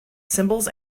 symbols